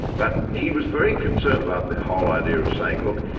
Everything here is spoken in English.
but he was very concerned about the whole idea of saying, look,